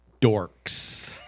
Dorks